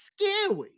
scary